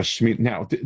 Now